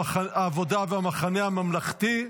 העבודה והמחנה הממלכתי.